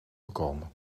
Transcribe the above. gekomen